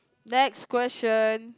next question